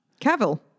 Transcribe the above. Cavill